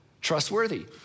trustworthy